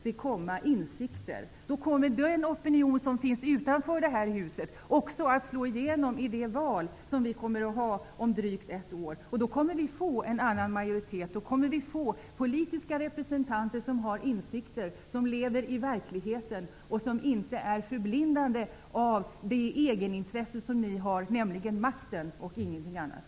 Då kommer insikterna från den opinion som finns utanför detta hus att slå igenom. Då kommer vi att få en annan majoritet och politiska representanter som har insikter, som lever i verkligheten och som inte är förblindade av sitt egenintresse, som för er är makten och ingenting annat.